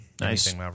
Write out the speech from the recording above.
Nice